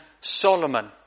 Solomon